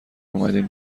اومدین